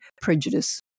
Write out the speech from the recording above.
prejudice